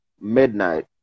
midnight